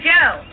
Joe